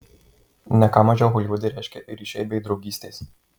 ne ką mažiau holivude reiškia ir ryšiai bei draugystės